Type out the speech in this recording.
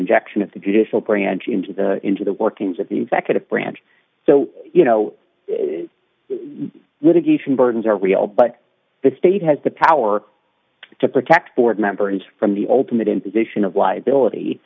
injection of the judicial branch into the into the workings of the executive branch so you know litigation burdens are real but the state has the power to protect board members from the ultimate in position of liability